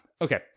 Okay